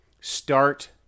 start